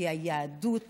כי היהדות